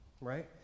right